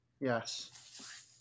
Yes